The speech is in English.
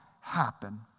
happen